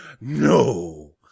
no